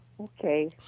Okay